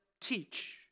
teach